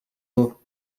eaux